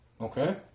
Okay